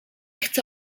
chcę